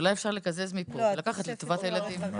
אולי אפשר לקזז מכאן ולקחת לטובת הילדים.